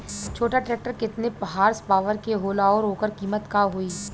छोटा ट्रेक्टर केतने हॉर्सपावर के होला और ओकर कीमत का होई?